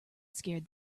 scared